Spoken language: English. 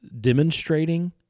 demonstrating